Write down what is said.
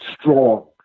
strong